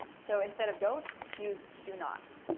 so, instead of don't, use do not.